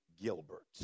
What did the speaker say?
Gilbert